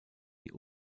die